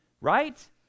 right